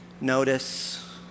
notice